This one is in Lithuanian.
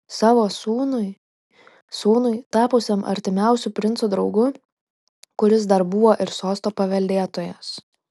savo sūnui sūnui tapusiam artimiausiu princo draugu kuris dar buvo ir sosto paveldėtojas